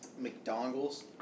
McDonald's